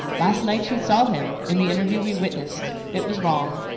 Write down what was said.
last night she saw him, in the interview we witnessed. it was wrong.